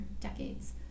decades